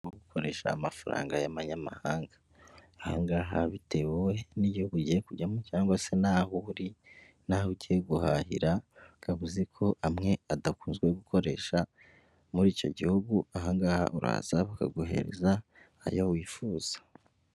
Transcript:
Gukoresha amafaranga y'amanyamahanga ahangaha bitewe n'igihugu ugiye kujyamo cyangwa se naho uri, naho ugiye guhahira kavuze ko amwe adakunze gukoresha muri icyo gihugu ahangaha uraza bakaguhereza ayo wifuza.